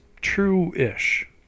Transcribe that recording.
true-ish